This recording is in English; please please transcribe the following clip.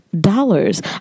dollars